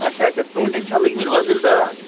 اچھا اچھا ژوٗنٹٮ۪ن چھا لٔگۍمٕتۍ وۄزٕلۍ داغ